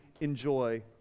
enjoy